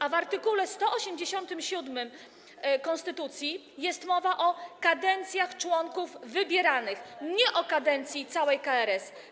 A w art. 187 konstytucji jest mowa o kadencjach członków wybieranych, nie o kadencji całej KRS.